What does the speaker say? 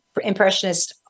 impressionist